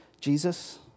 Jesus